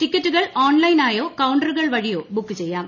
ടിക്കറ്റുകൾ ഓൺലൈനായോ കൌണ്ടറുകൾ വഴിയോ ബുക്ക് ചെയ്യാം